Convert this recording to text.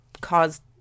caused